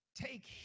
take